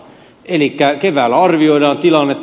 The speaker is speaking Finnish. elikkä keväällä arvioidaan tilannetta